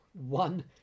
One